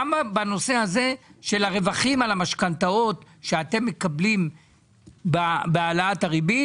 גם בנושא הזה של הרווחים על המשכנתאות שאתם מקבלים בהעלאת הריבית.